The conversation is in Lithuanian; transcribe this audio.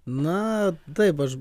na taip aš